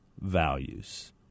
values